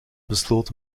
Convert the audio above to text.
besloot